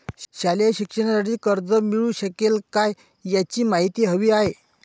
शालेय शिक्षणासाठी कर्ज मिळू शकेल काय? याची माहिती हवी आहे